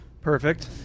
Perfect